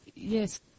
Yes